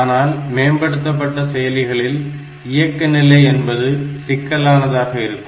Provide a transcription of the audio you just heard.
ஆனால் மேம்படுத்தப்பட்ட செயலிகளில் இயக்க நிலை என்பது சிக்கலானதாக இருக்கும்